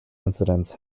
incidents